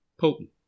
potent